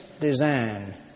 design